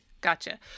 Gotcha